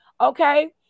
okay